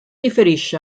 riferisce